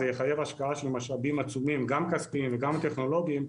זה יחייב השקעה של משאבים עצומים גם כספיים וגם טכנולוגיים,